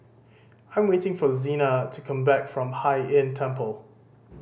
I am waiting for Zena to come back from Hai Inn Temple